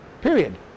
period